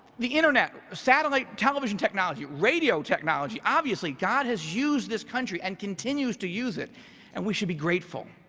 the internet, satellite television technology, radio technology, obviously god has used this country and continues to use it and we should be grateful.